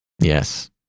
Yes